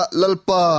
lalpa